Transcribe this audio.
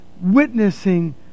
witnessing